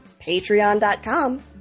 patreon.com